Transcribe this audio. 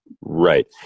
Right